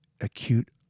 acute